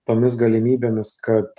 tomis galimybėmis kad